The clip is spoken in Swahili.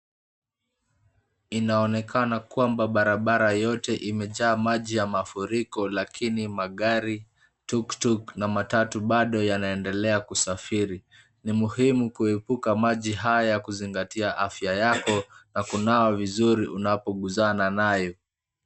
Inaonekana kwamba barabara yote imejaa maji ya mafuriko, lakini magari, tuktuk, na matatu bado yanaendelea kusafiri. Ni muhimu kuepuka maji haya kuzingatia afya yako na kunawa vizuri unapoguzana nayo.